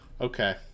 Okay